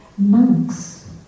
Monks